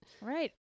Right